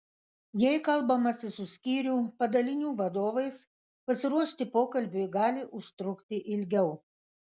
jei kalbamasi su skyrių padalinių vadovais pasiruošti pokalbiui gali užtrukti ilgiau